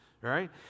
right